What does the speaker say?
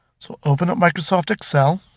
so open up microsoft excel,